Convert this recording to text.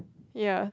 ya